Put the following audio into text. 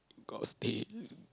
got stain